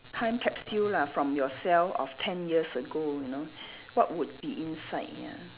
time capsule lah from yourself of ten years ago you know what would be inside ya